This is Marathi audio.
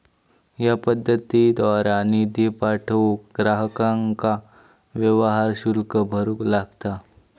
या पद्धतीद्वारा निधी पाठवूक ग्राहकांका व्यवहार शुल्क भरूक लागता